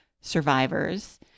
survivors